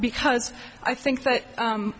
because i think that